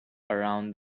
around